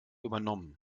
übernommen